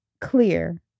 clear